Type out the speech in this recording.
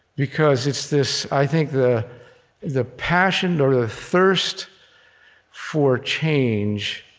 because it's this i think the the passion or the thirst for change,